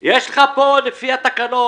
יש לך פה לפי התקנות,